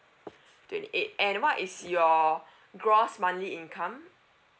twenty eight and what is your gross monthly income